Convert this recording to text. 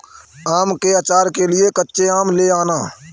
आम के आचार के लिए कच्चे आम ले आना